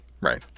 Right